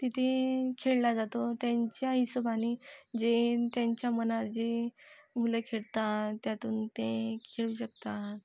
तिथे खेळला जातो त्यांच्या हिशेबाने जे त्यांच्या मनात जे मुले खेळतात त्यातून ते खेळू शकतात